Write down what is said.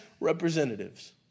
representatives